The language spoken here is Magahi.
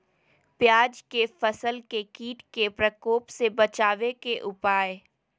प्याज के फसल के कीट के प्रकोप से बचावे के उपाय?